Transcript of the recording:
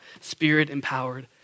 spirit-empowered